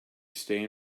stay